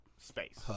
space